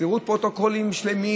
תראו פרוטוקולים שלמים